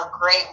great